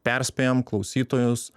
perspėjam klausytojus